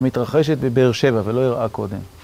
מתרחשת בבאר שבע, ולא ארעה קודם.